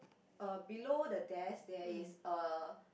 uh below the desk there is a